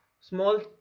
Small